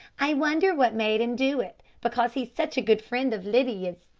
i wonder what made him do it, because he is such a good friend of lydia's,